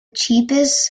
cheapest